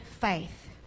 faith